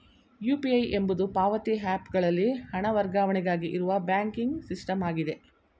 UPI ಎಂಬುದು ಪಾವತಿ app ಗಳಲ್ಲಿ ಹಣ ವರ್ಗಾವಣೆಗಾಗಿ ಇರುವ ಬ್ಯಾಂಕಿಂಗ್ ಸಿಸ್ಟಮ್ ಆಗಿದೆ